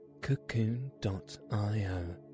cocoon.io